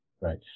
Right